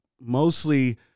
mostly